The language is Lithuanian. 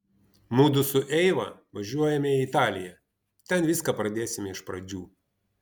mudu su eiva važiuojame į italiją ten viską pradėsime iš pradžių